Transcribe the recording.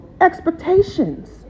expectations